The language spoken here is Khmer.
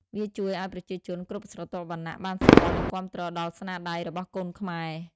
វាជួយឲ្យប្រជាជនគ្រប់ស្រទាប់វណ្ណៈបានស្គាល់និងគាំទ្រដល់ស្នាដៃរបស់កូនខ្មែរ។